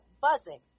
buzzing